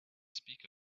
speak